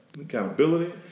accountability